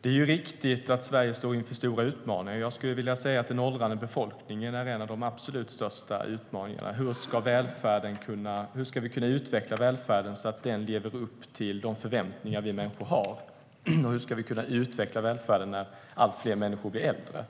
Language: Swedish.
Det är riktigt att Sverige står inför stora utmaningar. Jag skulle vilja säga att den åldrande befolkningen är en av de absolut största utmaningarna. Hur ska vi kunna utveckla välfärden så att den lever upp till de förväntningar vi människor har? Och hur ska vi kunna utveckla välfärden när allt fler människor blir äldre?